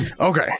Okay